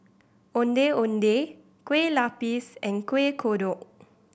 Ondeh Ondeh Kueh Lapis and Kuih Kodok